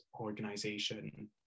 organization